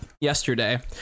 yesterday